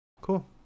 Cool